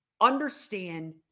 understand